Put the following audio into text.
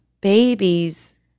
babies